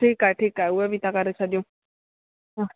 ठीकु आहे ठीकु आहे उहे बि करे छॾियूं